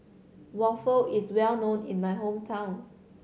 waffle is well known in my hometown